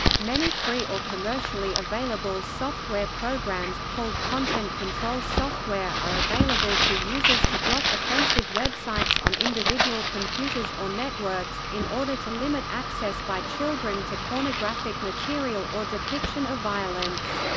many free or commercially available software programs, called content-control software are available to users to block offensive websites on individual computers or networks, in order to limit access by children to pornographic material or depiction of violence.